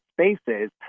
spaces